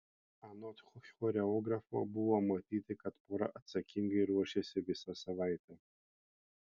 anot choreografo buvo matyti kad pora atsakingai ruošėsi visą savaitę